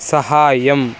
साहाय्यम्